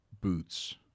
boots